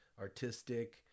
artistic